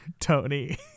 Tony